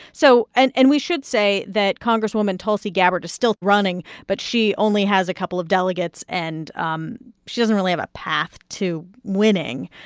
so and and we should say that congresswoman tulsi gabbard is still running, but she only has a couple of delegates, and um she doesn't really have a path to winning.